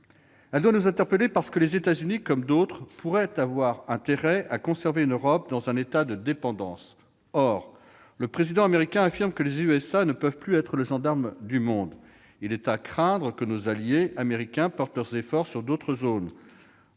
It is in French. doit nous interpeller, parce que les États-Unis, comme d'autres, pourraient avoir intérêt à conserver une Europe dans un état de dépendance. Or le président américain affirme que les États-Unis ne peuvent plus être le gendarme du monde. Il est à craindre que nos alliés américains portent leurs efforts sur d'autres zones-